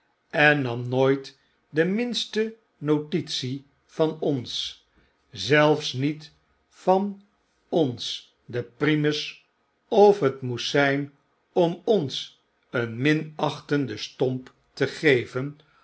en nam nooit de minste notitie van ons zelfs niet van ons den primus of het moest zyn om ons een minachtenden stomp te geven